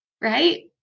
right